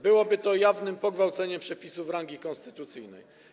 Byłoby to jawnym pogwałceniem przepisów rangi konstytucyjnej.